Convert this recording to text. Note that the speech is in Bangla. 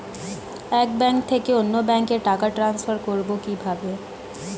এক ব্যাংক থেকে অন্য ব্যাংকে টাকা ট্রান্সফার করবো কিভাবে?